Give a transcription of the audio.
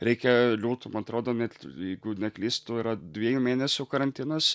reikia liūtų man atrodo net jeigu neklystu yra dviejų mėnesių karantinas